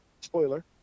spoiler